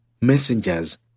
messengers